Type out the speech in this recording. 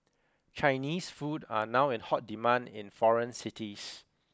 Chinese food are now in hot demand in foreign cities